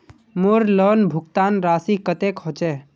मोर लोन भुगतान राशि कतेक होचए?